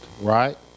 right